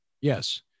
Yes